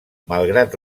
malgrat